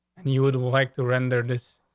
and you would would like to render this?